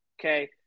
Okay